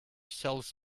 sells